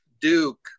Duke